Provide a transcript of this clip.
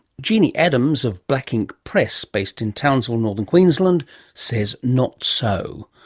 jeanie adams of black ink press based in townsville, northern queensland says not so.